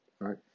right